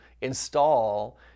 install